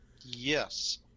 Yes